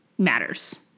matters